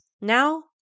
Now